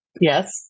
Yes